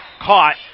caught